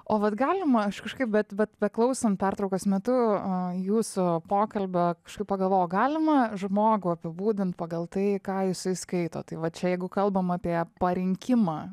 o vat galima aš kažkaip vat vat beklausant pertraukos metu jūsų pokalbio kažkaip pagalvojau galima žmogų apibūdint pagal tai ką jisai skaito tai vat čia jeigu kalbam apie parinkimą